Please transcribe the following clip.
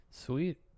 sweet